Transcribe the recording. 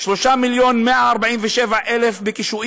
3 מיליון ו-147,000 שקל